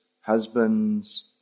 husbands